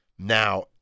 Now